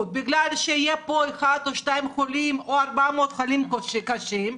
בגלל שיהיה פה אחד או שניים חולים או 400 חולים קשים,